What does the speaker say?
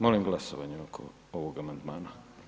Molim glasovanje oko ovog amandmana.